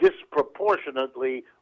disproportionately